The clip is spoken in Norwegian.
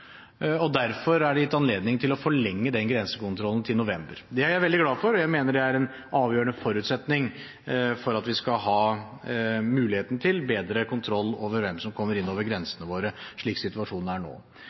og derfor er det gitt anledning til å forlenge den grensekontrollen til november. Det er jeg veldig glad for, og jeg mener det er en avgjørende forutsetning for at vi skal kunne ha muligheten til å ha bedre kontroll over hvem som kommer inn over grensene våre, slik situasjonen er nå.